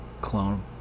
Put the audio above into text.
clone